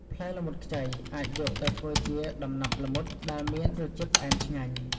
ផ្លែល្មុតខ្ចីអាចយកទៅធ្វើជា ដំណាប់ល្មុត ដែលមានរសជាតិផ្អែមឆ្ងាញ់។